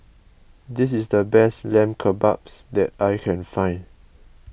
this is the best Lamb Kebabs that I can find